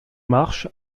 marches